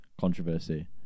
controversy